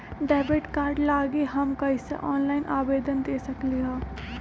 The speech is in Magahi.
डेबिट कार्ड लागी हम कईसे ऑनलाइन आवेदन दे सकलि ह?